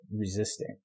resisting